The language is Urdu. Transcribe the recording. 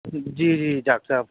جی جی ڈاکٹر صاحب